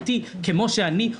אותי כפי שאני,